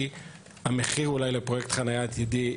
כי אולי לא נצליח לעמוד במחיר לפרויקט חניה עתידי.